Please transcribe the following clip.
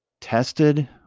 Tested